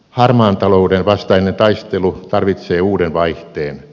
harmaan talouden vastainen taistelu tarvitsee uuden vaihteen